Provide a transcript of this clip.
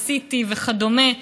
ל-CT וכדומה,